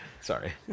Sorry